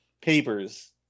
papers